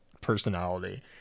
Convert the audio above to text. personality